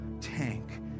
tank